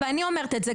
ואני אומרת את זה,